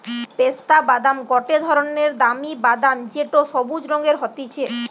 পেস্তা বাদাম গটে ধরণের দামি বাদাম যেটো সবুজ রঙের হতিছে